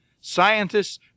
Scientists